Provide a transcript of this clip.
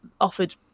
offered